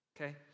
Okay